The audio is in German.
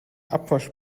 abwasch